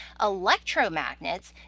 electromagnets